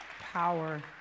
power